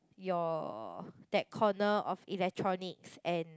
your that corner of electronics and